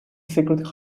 secret